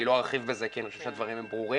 אני לא ארחיב בזה כי אני חושב שהדברים הם ברורים.